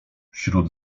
wśród